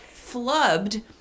flubbed